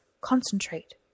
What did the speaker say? Concentrate